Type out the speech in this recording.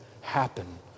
happen